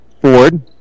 Ford